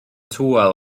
tywel